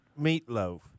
meatloaf